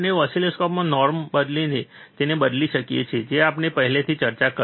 આપણે ઓસિલોસ્કોપમાં નોર્મ બદલીને તેને બદલી શકીએ છીએ જેની આપણે પહેલાથી ચર્ચા કરી છે